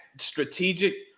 strategic